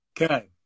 Okay